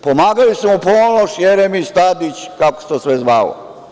Pomagali su mu Ponoš, Jeremić, Tadić, kako se to sve zvalo.